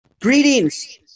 Greetings